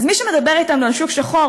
אז מי שמדבר אתנו על שוק שחור,